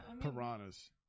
piranhas